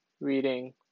Reading